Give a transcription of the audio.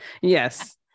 Yes